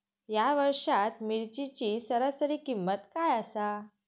या वर्षात मिरचीची सरासरी किंमत काय आसा?